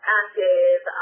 active